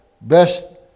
best